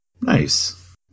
Nice